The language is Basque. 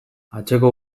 atzeko